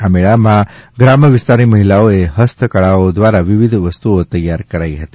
આ મેળામાં ગ્રામ્ય વિસ્તારની મહિલાઓએ હસ્તકળાઓ દ્વારા વિવિધ વસ્તુઓ તૈયાર કરાઇ હતી